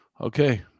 Okay